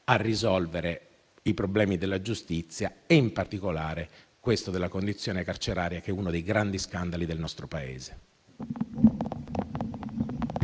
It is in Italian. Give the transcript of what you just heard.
al risolvere i problemi della giustizia e in particolare questo della condizione carceraria, che è uno dei grandi scandali del nostro Paese.